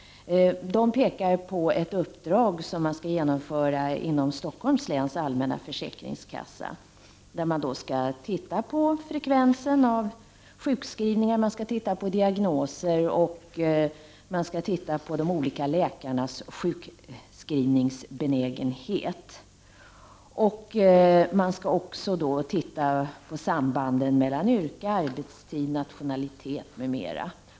Man pekar där på ett uppdrag som skall genomföras inom Stockholms läns allmänna försäkringskassa. I denna utredning skall man se på frekvensen av sjukskrivningar, diagnoser och de olika läkarnas sjukskrivningsbenägenhet. Man skall också se på sambanden mellan yrke, arbetstid, nationalitet m.m.